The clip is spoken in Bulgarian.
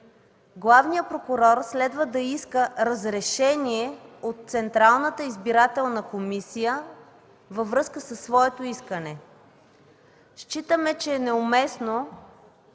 главният прокурор следва да иска разрешение от Централната избирателна комисия във връзка със своето искане. Считаме, че е неуместно